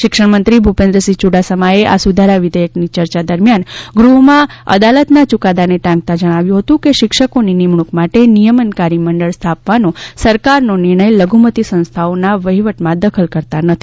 શિક્ષણમંત્રી ભૂપેન્દ્રસિંહ યુડાસમાએ આ સુધારા વિઘેયકની ચર્ચા દરમ્યાન ગૃહમાં અદાલતના યુકાદાને ટાંકતા જણાવ્યું હતું કે શિક્ષકોની નિમણૂક માટે નિયમનકારી મંડળ સ્થાપવાનો સરકારનો નિર્ણય લધુમતી સંસ્થાઓના વહીવટમાં દખલકર્તા નથી